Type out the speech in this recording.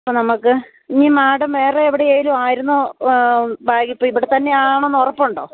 നമുക്ക് ഇനി മാഡം വേറെ എവിടെയേലും ആയിരുന്നോ ബാഗിപ്പോൾ ഇവിടെ തന്നെ ആണെന്ന് ഉറപ്പുണ്ടോ